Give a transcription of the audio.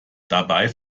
dabei